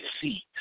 see